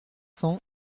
cents